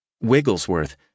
Wigglesworth